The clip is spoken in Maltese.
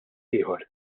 ieħor